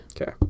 Okay